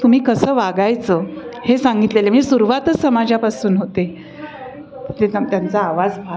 तुम्ही कसं वागायचं हे सांगितलेलं आहे मी सुरूवातच समाजापासून होते ते त्यांचा आवाज फार